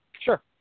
Sure